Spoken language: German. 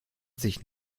sich